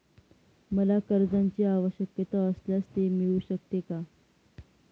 मला कर्जांची आवश्यकता असल्यास ते मिळू शकते का?